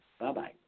Bye-bye